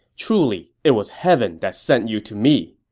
truly it was heaven that sent you to me!